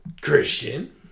Christian